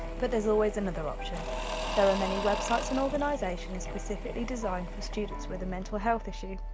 but there's always another option there are many websites and organizations, specifically designed for students with a mental health issue.